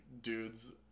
dudes